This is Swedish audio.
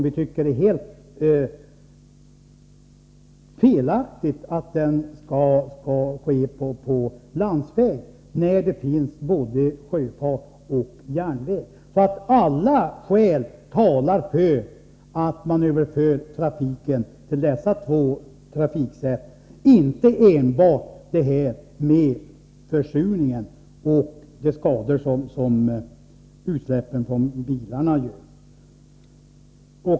Vi tycker det är helt felaktigt att den tunga trafiken skall gå på landsväg, när det finns både sjöfart och järnväg. Alla skäl talar alltså för att överföra trafiken till dessa två trafiksätt — inte enbart försurningen och de skador som utsläppen från bilarna medför.